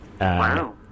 Wow